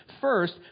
first